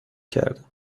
کردم